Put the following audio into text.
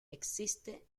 existe